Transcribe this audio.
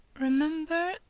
Remember